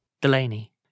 Delaney